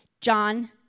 John